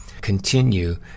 continue